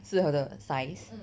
适合的 size